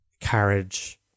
carriage